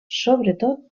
sobretot